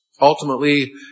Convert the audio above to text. Ultimately